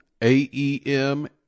AEM